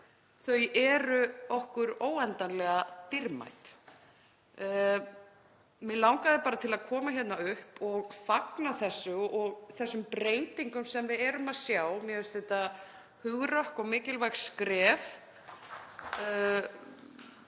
eru okkur óendanlega dýrmæt. Mig langaði bara að koma hingað upp og fagna þessu og þeim breytingum sem við erum að sjá. Mér finnst þetta vera hugrökk og mikilvæg skref.